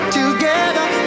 together